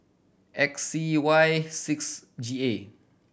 X C Y six G A